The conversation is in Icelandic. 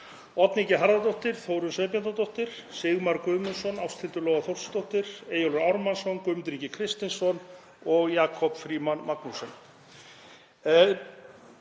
Oddný G. Harðardóttir, Þórunn Sveinbjarnardóttir, Sigmar Guðmundsson, Ásthildur Lóa Þórsdóttir, Eyjólfur Ármannsson, Guðmundur Ingi Kristinsson og Jakob Frímann Magnússon.